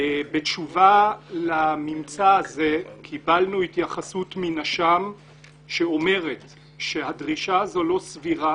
בתשובה לממצא הזה קיבלנו התייחסות מנש"מ שאומרת שהדרישה הזאת לא סבירה,